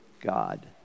God